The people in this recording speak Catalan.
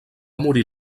morir